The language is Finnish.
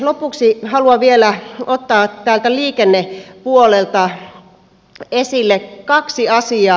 lopuksi haluan vielä ottaa täältä liikennepuolelta esille kaksi asiaa